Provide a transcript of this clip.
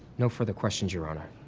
no further questions your honor.